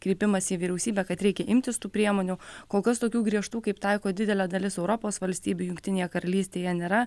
kreipimąsi į vyriausybę kad reikia imtis tų priemonių kol kas tokių griežtų kaip taiko didelė dalis europos valstybių jungtinėje karalystėje nėra